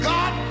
God